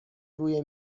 روی